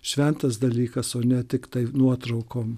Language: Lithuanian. šventas dalykas o ne tiktai nuotraukom